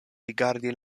rigardi